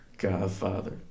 Godfather